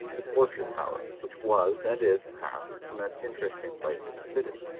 the torture tower, which was, and is, perhaps, the most interesting place in the city.